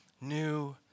new